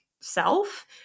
self